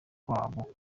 kwabo